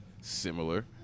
similar